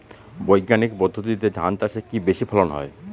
বৈজ্ঞানিক পদ্ধতিতে ধান চাষে কি বেশী ফলন হয়?